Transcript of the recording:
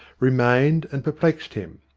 remained and perplexed him.